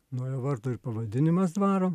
nuo jo vardo ir pavadinimas dvaro